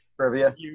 Trivia